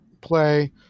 play